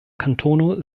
kantono